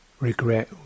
Regret